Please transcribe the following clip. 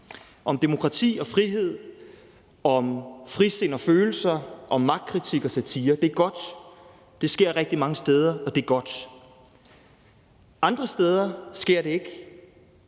om demokrati og frihed, om frisind og følelser, om magtkritik og satire. Det er godt – det sker rigtig mange steder, og det er godt. Andre steder sker det ikke.